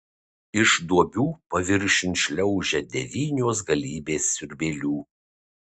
iš duobių paviršiun šliaužia devynios galybės siurbėlių